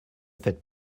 faites